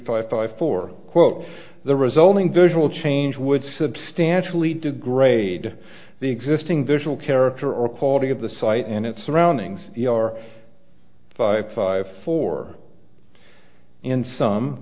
five five four quote the resulting visual change would substantially degrade the existing visual character or quality of the site and its surroundings are five five four in some